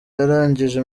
yarangije